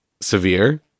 severe